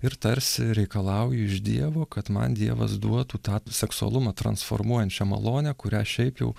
ir tarsi reikalauju iš dievo kad man dievas duotų tą seksualumą transformuojančią malonę kurią šiaip jau